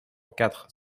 quatre